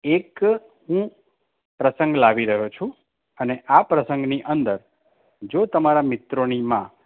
એક હું પ્રસંગ લાવી રહ્યો છું અને આ પ્રસંગની અંદર જો તમારા મિત્રોમાં